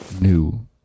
new